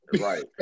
Right